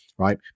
right